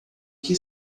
que